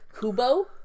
Kubo